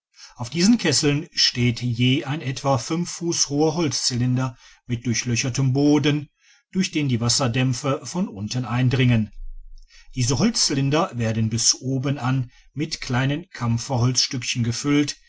auf diesen kesseln steht je ein etwa fünf fuß hoher holzcylinder mit durchlöchertem boden durch den die wasserdämpfe von unten eindringen diese holzcylinder werden bis oben an mit kleinen kampferholzstückchen gefüllt